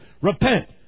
Repent